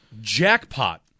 Jackpot